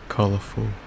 colorful